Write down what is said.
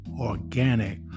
organic